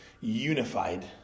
unified